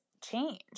change